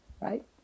right